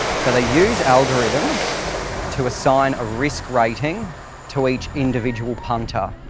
so they use algorithms to assign a risk rating to each individual punter.